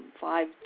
five